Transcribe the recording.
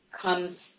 comes